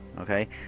Okay